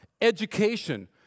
education